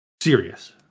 serious